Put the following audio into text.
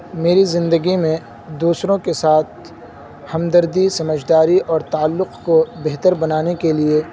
میری زندگی میں دوسروں کے ساتھ ہمدردی سمجھ داری اور تعلق کو بہتر بنانے کے لیے